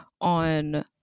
on